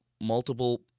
multiple